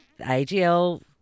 AGL